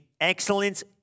Excellence